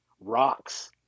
rocks